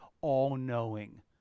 all-knowing